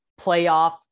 playoff